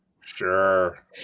Sure